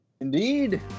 Indeed